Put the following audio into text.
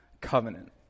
Covenant